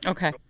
Okay